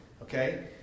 Okay